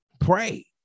Pray